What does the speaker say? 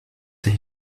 ich